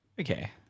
Okay